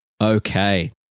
Okay